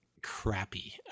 Crappy